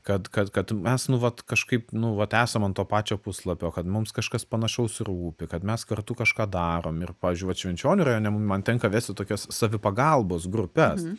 kad kad kad mes nu vat kažkaip nu vat esam ant to pačio puslapio kad mums kažkas panašaus rūpi kad mes kartu kažką darom ir pavyzdžiui vat švenčionių rajone man tenka vesti tokias savipagalbos grupes